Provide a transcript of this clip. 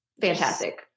fantastic